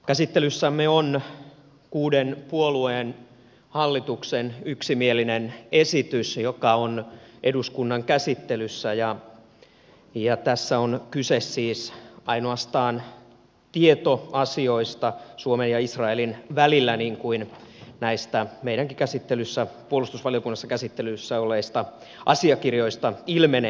käsittelyssämme on kuuden puolueen hallituksen yksimielinen esitys joka on eduskunnan käsittelyssä ja tässä on kyse siis ainoastaan tietoasioista suomen ja israelin välillä niin kuin näistä meidänkin puolustusvaliokunnassa käsittelyssä olleista asiakirjoistamme ilmenee